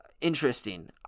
interesting